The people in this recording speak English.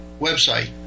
website